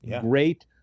great